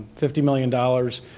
fifty million dollars,